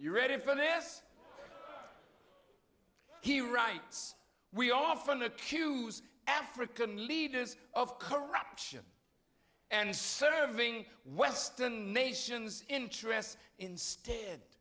you ready for this he writes we often accuse african leaders of corruption and serving western nations interests instead